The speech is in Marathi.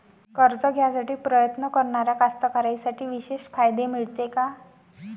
कर्ज घ्यासाठी प्रयत्न करणाऱ्या कास्तकाराइसाठी विशेष फायदे मिळते का?